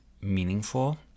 meaningful